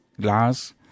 glass